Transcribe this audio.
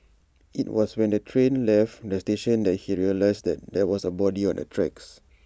IT was when the train left the station that he realised there was A body on the tracks